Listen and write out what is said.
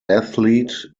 athlete